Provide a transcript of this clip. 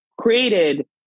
created